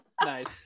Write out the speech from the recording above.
nice